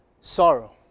sorrow